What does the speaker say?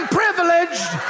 privileged